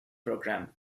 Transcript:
program